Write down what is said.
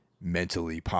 mentally